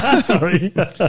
Sorry